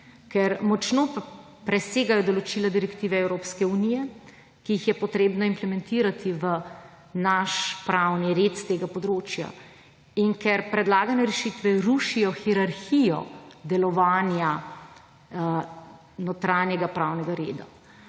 ker močno presegajo določila direktive Evropske unije, ki jih je treba implementirati v naši pravni red s tega področja, in ker predlagane rešitve rušijo hierarhijo delovanja notranjega pravnega reda.